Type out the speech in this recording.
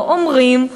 לא אומרים,